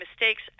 mistakes